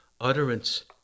utterance